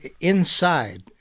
inside